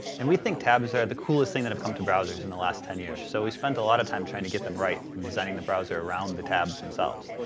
and we think tabs are the coolest thing that have come to browsers in the last ten years. so we spent a lot of time trying to get them right and designing the browser around the tabs themselves.